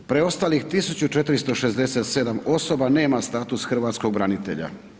Preostalih 1467 osoba nema status hrvatskog branitelja.